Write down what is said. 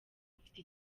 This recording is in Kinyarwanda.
mfite